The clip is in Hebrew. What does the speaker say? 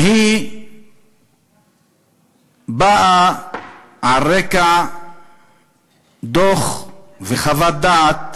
והיא באה על רקע דוח וחוות דעת